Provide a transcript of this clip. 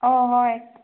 অঁ হয়